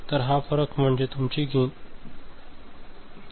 तर हा फरक म्हणजे तुमची गेन एरर